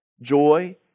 joy